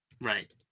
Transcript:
Right